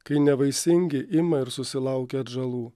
kai nevaisingi ima ir susilaukia atžalų